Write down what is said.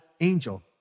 angel